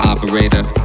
Operator